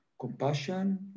compassion